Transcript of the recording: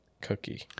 cookie